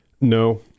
No